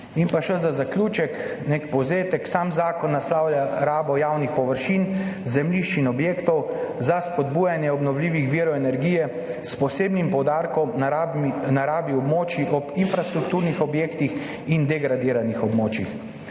In pa še za zaključek, nek povzetek. Zakon naslavlja rabo javnih površin, zemljišč in objektov za spodbujanje obnovljivih virov energije, s posebnim poudarkom na rabi območij ob infrastrukturnih objektih in na degradiranih območjih.